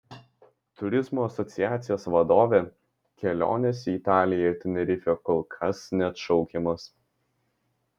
turizmo asociacijos vadovė kelionės į italiją ir tenerifę kol kas neatšaukiamos